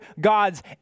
gods